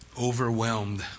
overwhelmed